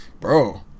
bro